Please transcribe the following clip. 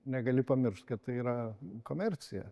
negali pamiršt kad tai yra komercija